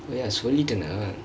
ya சொல்லிட்டெனா:sollitenaa